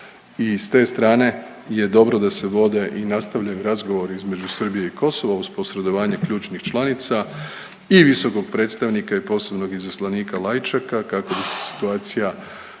i s te strane je dobro da se vode i nastavljaju razgovori između Srbije i Kosova uz posredovanje ključnih članica i visokog predstavnika i poslovnog izaslanika Lajčaka kako bi se situacija